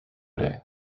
day